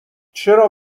چرا